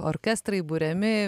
orkestrai buriami